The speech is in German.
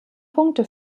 punkte